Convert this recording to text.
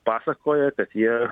pasakoja kad jie